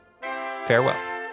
Farewell